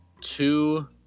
two –